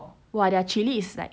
!wah! their chilli is like